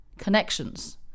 connections